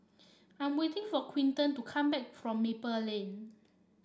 I'm waiting for Quinton to come back from Maple Lane